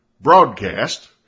broadcast